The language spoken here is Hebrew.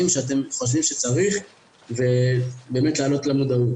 שאתם חושבים שצריך ובאמת להעלות למודעות.